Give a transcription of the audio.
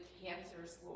cancers